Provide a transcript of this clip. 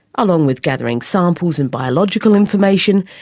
along with gathering samples and biological information,